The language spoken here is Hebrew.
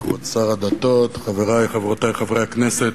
כבוד שר הדתות, חברי וחברותי חברי הכנסת,